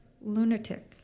lunatic